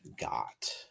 got